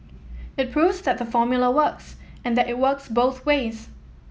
it proves that the formula works and that it works both ways